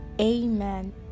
Amen